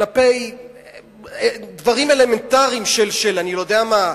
כלפי דברים אלמנטריים של, אני יודע מה,